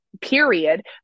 period